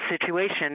situation